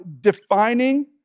defining